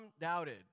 doubted